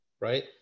right